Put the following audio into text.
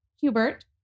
Hubert